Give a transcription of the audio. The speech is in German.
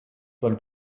dann